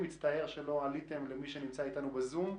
מצטער שלא עליתם, מי שנמצא אתנו בזום.